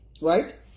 right